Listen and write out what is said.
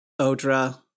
Odra